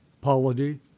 polity